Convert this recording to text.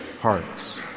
hearts